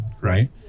right